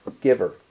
giver